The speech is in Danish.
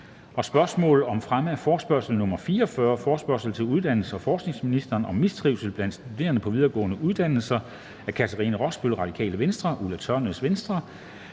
2) Spørgsmål om fremme af forespørgsel nr. F 44: Forespørgsel til uddannelses- og forskningsministeren om mistrivsel blandt studerende på videregående uddannelser. Af Katrine Robsøe (RV), Ulla Tørnæs (V), Astrid